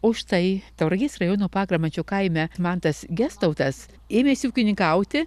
o štai tauragės rajono pagramančio kaime mantas gestautas ėmėsi ūkininkauti